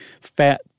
fat